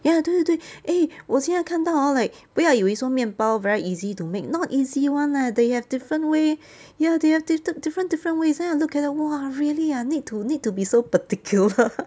ya 对对对 eh 我现在看到 hor like 不要以为说面包 very easy to make not easy [one] leh they have different way ya they have different different ways then I look it !wah! really need to need to be so particular